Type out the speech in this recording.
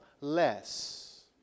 less